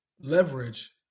leverage